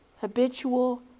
habitual